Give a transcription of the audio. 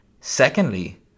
Secondly